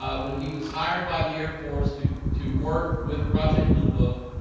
um when he was hired by the air force to to work with project blue book,